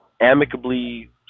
amicably